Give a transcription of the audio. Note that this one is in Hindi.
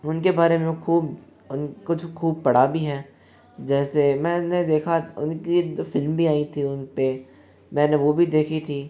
उनके बारे में खूब कुछ खूब पढ़ा भी है जैसे मैंने देखा उनकी फ़िल्म भी आई थी उन पर मैंने वो भी देखी थी